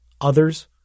Others